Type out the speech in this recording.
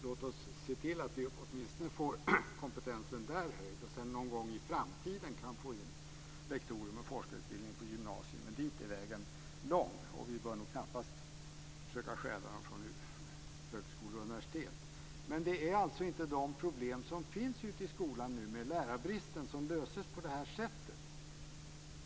Låt oss se till att vi åtminstone får kompetensen där höjd och sedan någon gång i framtiden får in lektorer med forskarutbildning på gymnasiet, men dit är vägen lång. Vi bör knappast försöka stjäla dem från högskolor och universitet. De problem med lärarbristen som nu finns ute i skolan löses inte på det här sättet.